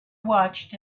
watched